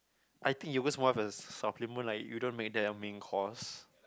I think yogurt more like a supplement like you don't make that your main course